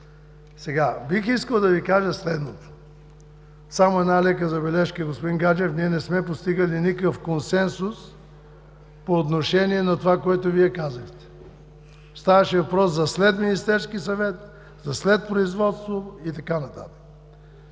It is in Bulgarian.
Бих искал да Ви кажа следното. Само една лека забележка, господин Гаджев. Ние не сме постигали никакъв консенсус по отношение на това, което Вие казахте. Ставаше въпрос за след Министерския съвет, за след производство и така нататък.